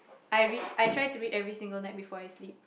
I read I try to read every single night before I sleep